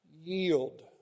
Yield